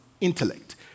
intellect